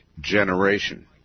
generation